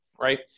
Right